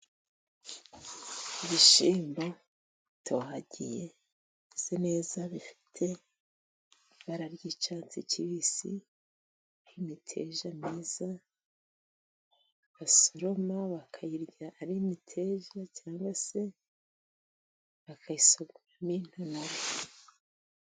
Ibishyimbo bitohagiye bimeze neza bifite ibara ry'icyatsi kibisi, imiteja myiza basoroma bakayirya ari imiteja cyangwa se bakayisogoramo ari intonore.